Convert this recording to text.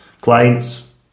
Clients